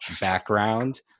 background